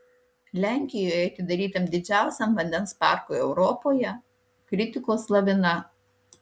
lenkijoje atidarytam didžiausiam vandens parkui europoje kritikos lavina